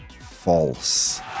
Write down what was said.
false